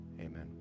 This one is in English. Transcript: Amen